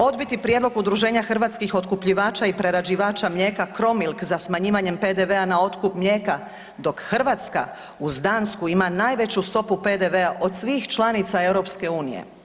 Odbiti prijedlog Udruženja hrvatskih otkupljivača i prerađivača mlijeka CroMilk za smanjivanjem PDV-a na otkup mlijeka dok Hrvatska uz Dansku ima najveću stop PDV-a od svih članica EU.